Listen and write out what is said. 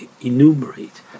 enumerate